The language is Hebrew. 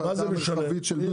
ועדה מרחבית של מגדל.